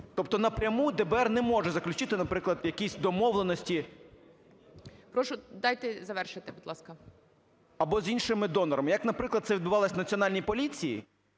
Тобто напряму ДБР не може заключити, якісь домовленості… ГОЛОВУЮЧИЙ. Прошу, дайте завершити, будь ласка. НАЙЄМ М. … або з іншими донорами. Як, наприклад, це відбувалось в Національній поліції